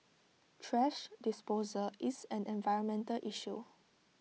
thrash disposal is an environmental issue